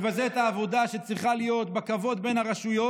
מבזה את העבודה שצריכה להיות בכבוד בין הרשויות.